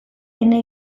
ene